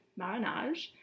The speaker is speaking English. Marinage